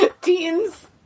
Teen's